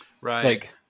Right